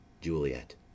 juliet